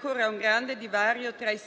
state prese cinquant'anni fa;